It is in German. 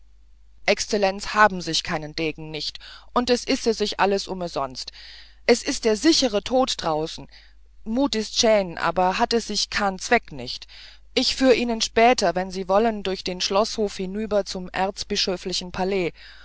exlenz haben sich keinen dägen nicht und es ise sich alles umesunst es ist der sichere tod draußen mut is schän abe hat e sich kan zweck nicht ich führ ich ihnen später wenn sie wollen durch den schloßhof hinüber zum erzbischöflichen palajs